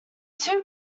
two